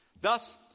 Thus